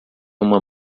uma